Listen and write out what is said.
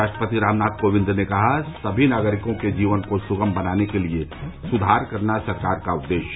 राष्ट्रपति रामनाथ कोविंद ने कहा सभी नागरिकों के जीवन को सुगम बनाने के लिए सुधार करना सरकार का उद्देश्य